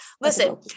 Listen